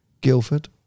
Guildford